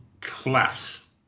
class